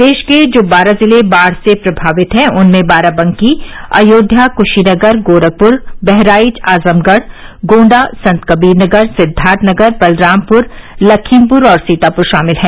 प्रदेश के जो बारह जिले बाढ़ से प्रभावित हैं उनमें बाराबंकी अयोध्या क्शीनगर गोरखपुर बहराइच आजमगढ गोण्डा संतकबीरनगर सिद्वार्थनगर बलरामपुर लखीमपुर और सीतापुर शामिल हैं